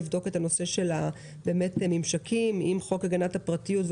לבדוק את הנושא של הממשקים עם חוק הגנת הפרטיות,